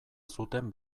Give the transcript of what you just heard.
zuten